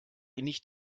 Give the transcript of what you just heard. nicht